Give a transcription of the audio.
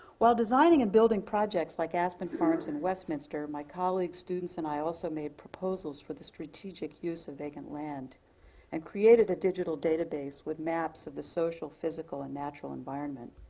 while designing and building projects like aspen farms and westminster, my colleagues, students, and i also made proposals for the strategic use of vacant land and created a digital database with maps of the social, physical, and natural environment.